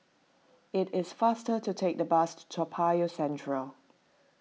it is faster to take the bus to Toa Payoh Central